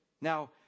Now